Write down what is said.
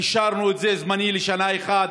אישרנו את זה זמנית לשנה אחת.